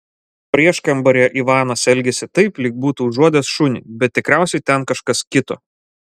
prieškambaryje ivanas elgėsi taip lyg būtų užuodęs šunį bet tikriausiai ten kažkas kito